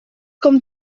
com